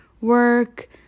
work